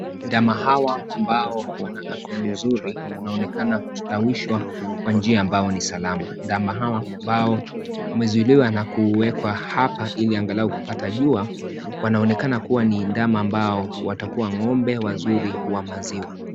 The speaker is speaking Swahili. Ndama hawa ambao wana afya nzuri wanaonekana kustawishwa kwa njia ambayo ni salama. Ndama hawa ambao wamezuiliwa na kuwekwa hapa ili angalau wapate jua wanaonekana kuwa ni ndama ambao watakuwa ngombe wazuri wa maziwa.